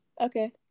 Okay